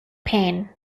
pain